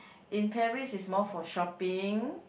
in Paris is more for shopping